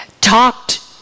talked